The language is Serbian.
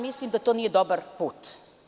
Mislim da to nije dobar put.